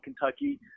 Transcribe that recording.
kentucky